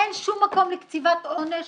אין שום מקום לקציבת עונש